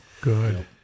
good